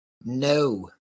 No